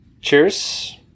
cheers